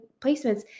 placements